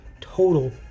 total